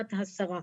כדעת השרה.